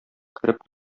кереп